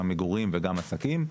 גם מגורים וגם עסקים.